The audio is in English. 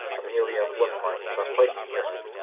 amelia, womanlike, got quite concerned,